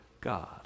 God